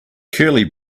curly